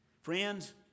Friends